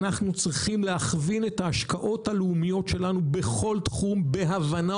אנחנו צריכים להכווין את ההשקעות הלאומיות שלנו בכל תחום בהבנה